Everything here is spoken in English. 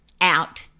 out